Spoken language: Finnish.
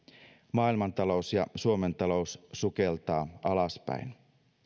maailmantalous ja suomen talous sukeltavat alaspäin